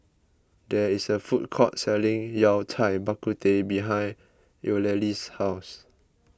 there is a food court selling Yao Cai Bak Kut Teh behind Eulalie's house